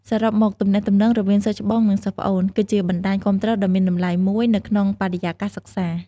សរុបមក ទំនាក់ទំនងរវាងសិស្សច្បង និងសិស្សប្អូន គឺជាបណ្តាញគាំទ្រដ៏មានតម្លៃមួយនៅក្នុងបរិយាកាសសិក្សា។